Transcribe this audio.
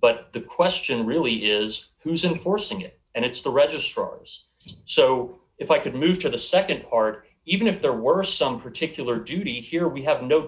but the question really is who's in forcing it and it's the registrars so if i could move to the nd part even if there were some particular duty here we have no